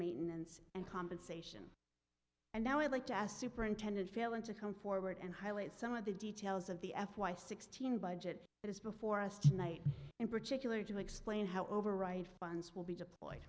maintenance and compensation and now i'd like to us superintendent failing to come forward and highlight some of the details of the f y sixteen budget that is before us tonight in particular to explain how over right funds will be deployed